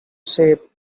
shape